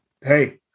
hey